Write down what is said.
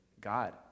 God